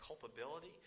culpability